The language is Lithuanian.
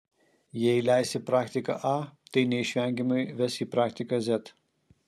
jei leisi praktiką a tai neišvengiamai ves į praktiką z